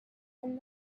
and